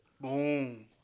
Boom